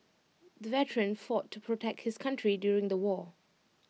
the veteran fought to protect his country during the war